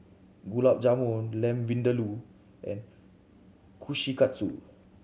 Gulab Jamun Lamb Vindaloo and Kushikatsu